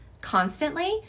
constantly